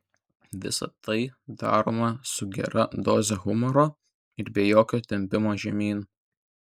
visa tai daroma su gera doze humoro ir be jokio tempimo žemyn